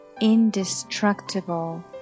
indestructible